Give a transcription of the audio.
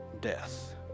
death